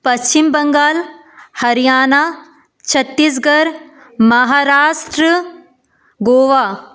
Paschim Bengal Haryana Chhattisgarh Maharashtra Goa